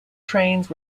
trains